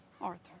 Arthur